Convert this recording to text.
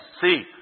See